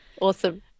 Awesome